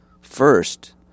first